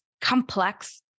complex